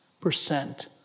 percent